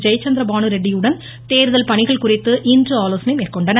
ஜெயச்சந்திர பானு ரெட்டியுடன் தேர்தல் பணிகள் குறித்து இன்று ஆலோசனை மேற்கொண்டனர்